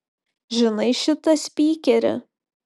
žinai šitą spykerį